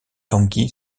tanguy